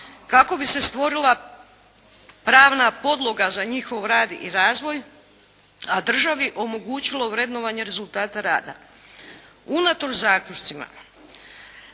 kako bi se stvorila pravna podloga za njihov rad i razvoj, a državi omogućilo vrednovanje rezultata rada. Unatoč zaključcima